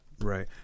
Right